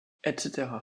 etc